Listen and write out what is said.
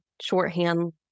shorthand